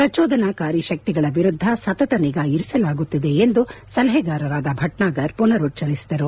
ಪ್ರಚೋದನಾಕಾರಿ ಶಕ್ತಿಗಳ ವಿರುದ್ದ ಸತತ ನಿಗಾ ಇರಿಸಲಾಗುತ್ತಿದೆ ಎಂದು ಸಲಹೆಗಾರರಾದ ಭಟ್ನಾಗಾರ್ ಪುನರುಚ್ಲರಿಸಿದರು